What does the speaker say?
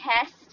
test